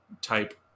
type